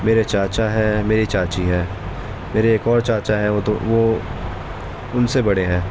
میرے چاچا ہیں میری چاچی ہیں میرے ایک اور چاچا ہیں وہ تو وہ ان سے بڑے ہیں